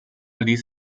ließ